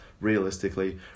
realistically